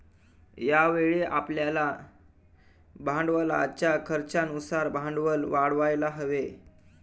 यावेळी आपल्याला भांडवलाच्या खर्चानुसार भांडवल वाढवायला हवे